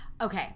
Okay